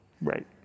Right